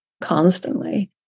constantly